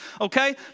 okay